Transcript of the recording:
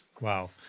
Wow